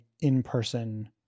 in-person